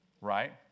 right